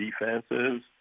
defenses